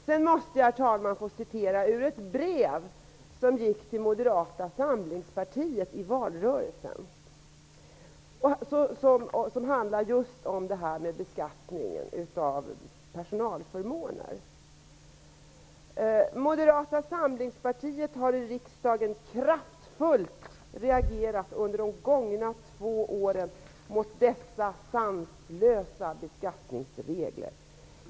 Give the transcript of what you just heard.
Herr talman! Jag måste få citera ur ett brev från Moderata samlingspartiet i valrörelsen som handlar just om beskattningen av personalförmåner: ''Moderata samlingspartiet har i riksdagen kraftfullt reagerat under de gångna två åren mot dessa sanslösa beskattningsregler.